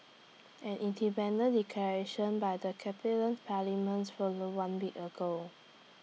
an independence declaration by the parliaments followed one week ago